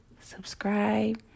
subscribe